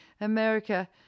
America